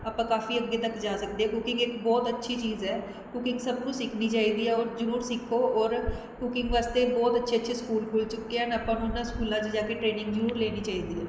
ਆਪਾਂ ਕਾਫੀ ਅੱਗੇ ਤੱਕ ਜਾ ਸਕਦੇ ਕੁਕਿੰਗ ਇੱਕ ਬਹੁਤ ਅੱਛੀ ਚੀਜ਼ ਹੈ ਕੁਕਿੰਗ ਸਭ ਨੂੰ ਸਿੱਖਣੀ ਚਾਹੀਦੀ ਹੈ ਔਰ ਜ਼ਰੂਰ ਸਿੱਖੋ ਔਰ ਕੁਕਿੰਗ ਵਾਸਤੇ ਬਹੁਤ ਅੱਛੇ ਅੱਛੇ ਸਕੂਲ ਖੁੱਲ੍ਹ ਚੁੱਕੇ ਹਨ ਆਪਾਂ ਨੂੰ ਉਹਨਾਂ ਸਕੂਲਾਂ 'ਚ ਜਾ ਕੇ ਟ੍ਰੇਨਿੰਗ ਜ਼ਰੂਰ ਲੈਣੀ ਚਾਹੀਦੀ ਹੈ